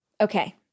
Okay